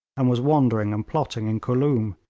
and was wandering and plotting in khooloom,